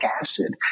acid